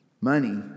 money